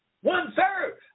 One-third